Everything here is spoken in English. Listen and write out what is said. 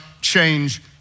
change